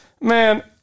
Man